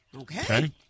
Okay